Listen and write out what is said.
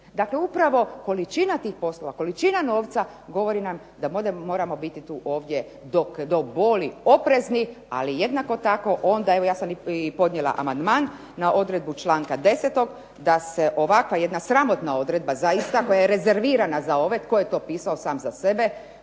regije. Upravo količina tih poslova, količina novca da moramo biti ovdje do boli oprezni, ali jednako tako ja sam podnijela amandman na odredbu članka 10. da se ovakva jedna sramotna odredba, zaista, koja je rezervirana za ove koji je to pisao sam za sebe,